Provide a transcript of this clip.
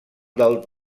del